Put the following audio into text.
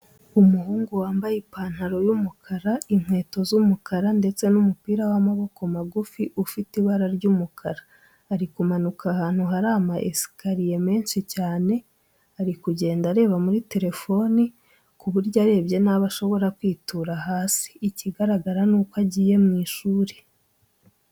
Umuhungu wambaye ipantaro y'umukara, inkweto z'umukara ndetse umupira w'amaboko magufi ufite ibara ry'umukara, ari kumanuka ahantu hari ama esikariye menshi cyane. Ari kugenda areba muri telefone ku buryo arebye nabi ashobora kwitura hasi. Ikigaragara nuko agiye mu ishuri.